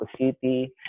city